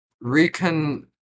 recon